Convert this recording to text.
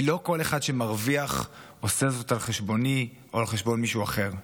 כי לא כל אחד שמרוויח עושה זאת על חשבוני או על חשבון מישהו אחר.